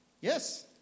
Yes